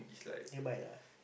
nearby lah